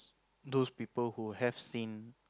those people who have seen